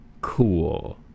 cool